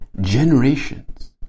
generations